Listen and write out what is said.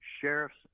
Sheriffs